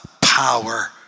power